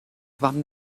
wann